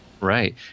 Right